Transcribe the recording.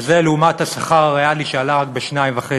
וזה לעומת השכר הריאלי שעלה רק ב-2.5%.